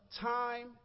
time